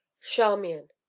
charmian!